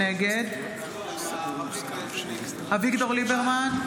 נגד אביגדור ליברמן,